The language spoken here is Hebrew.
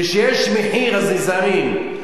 כשיש מחיר אז נזהרים,